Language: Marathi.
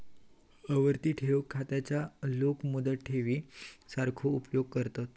आवर्ती ठेव खात्याचो लोक मुदत ठेवी सारखो उपयोग करतत